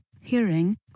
hearing